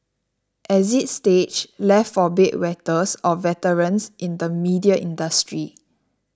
exit stage left for bed wetters or veterans in the media industry